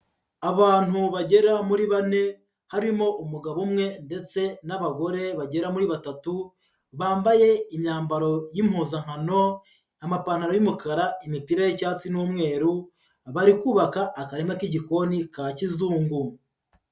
Abantu bagera muri bane, harimo umugabo umwe ndetse n'abagore bagera muri batatu, bambaye imyambaro y'impuzankano, amapantaro y'umukara, imipira y'icyatsi n'umweru, bari kubaka akarima k'igikoni ka kizungu.